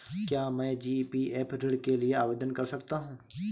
क्या मैं जी.पी.एफ ऋण के लिए आवेदन कर सकता हूँ?